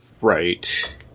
Right